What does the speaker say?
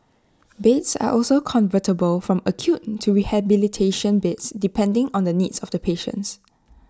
beds are also convertible from acute to rehabilitation beds depending on the needs of the patients